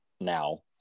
now